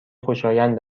خوشایند